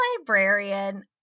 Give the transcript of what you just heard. librarian